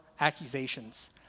accusations